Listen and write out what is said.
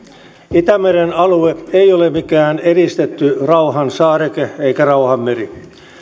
itämeren alue ei ole mikään eristetty rauhan saareke eikä rauhan meri